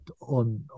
on